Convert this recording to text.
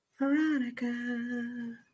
Veronica